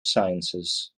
sciences